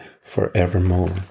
forevermore